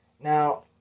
Now